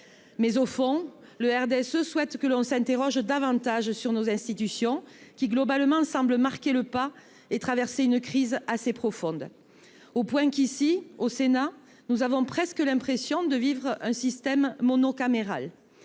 sur le fond, le groupe RDSE souhaite que l’on s’interroge davantage sur nos institutions, qui semblent marquer le pas et traverser une crise assez profonde, à tel point que, ici, au Sénat, nous avons presque l’impression de vivre dans un système monocaméral.